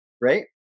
Right